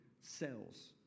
cells